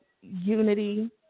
unity